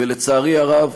ולצערי הרב,